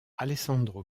alessandro